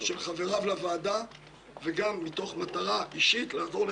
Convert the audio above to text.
דבר שנדרש לפי כללי